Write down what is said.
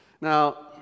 Now